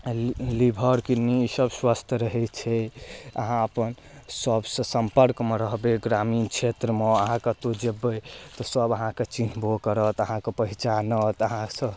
ली liver kidney सब स्वस्थ रहै छै अहाँ अपन सबसँ सम्पर्कमे रहबै ग्रामीण क्षेत्रमे अहाँ कतौ जेबै तऽ सब अहाँके चिन्हबो करत अहाँके पहिचानत अहाँसँ